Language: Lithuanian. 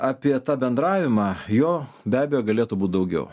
apie tą bendravimą jo be abejo galėtų būt daugiau